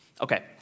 Okay